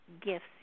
gifts